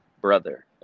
brother